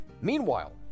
Meanwhile